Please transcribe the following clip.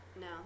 No